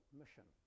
mission